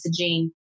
messaging